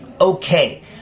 Okay